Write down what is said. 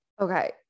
Okay